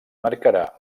marcarà